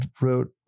wrote